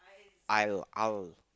aisle aisle